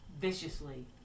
viciously